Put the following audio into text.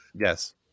Yes